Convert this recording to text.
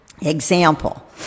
Example